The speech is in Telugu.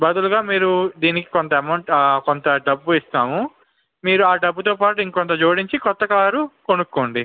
బదులుగా మీరు దీనికి కొంత అమౌంట్ కొంత డబ్బు ఇస్తాము మీరు ఆ డబ్బుతో పాటు ఇంకొంత జోడించి క్రొత్త కారు కొనుక్కోండి